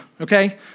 okay